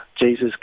Jesus